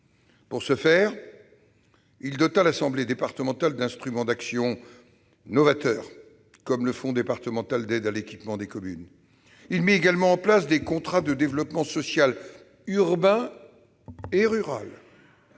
Pour ce faire, il dota l'assemblée départementale d'instruments d'action novateurs, comme le fonds départemental d'aide à l'équipement des communes. Il mit également en place des contrats de développement social, urbain et rural,